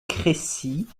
crécy